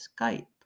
Skype